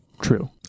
true